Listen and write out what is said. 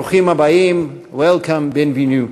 ברוכים הבאים.Welcome, bienvenue.